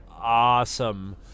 awesome